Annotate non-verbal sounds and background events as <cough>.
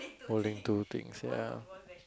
holding two things ya <noise>